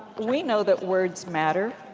we know that words matter.